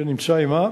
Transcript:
שנמצא עמה.